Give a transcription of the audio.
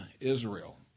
Israel